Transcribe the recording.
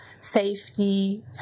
safety